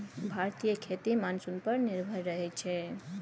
भारतीय खेती मानसून पर निर्भर रहइ छै